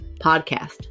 podcast